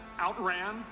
outran